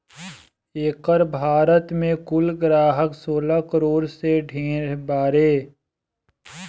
एकर भारत मे कुल ग्राहक सोलह करोड़ से ढेर बारे